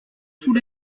sous